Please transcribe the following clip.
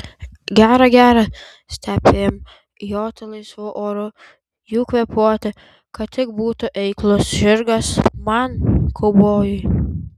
gera gera stepėm joti laisvu oru jų kvėpuoti kad tik būtų eiklus žirgas man kaubojui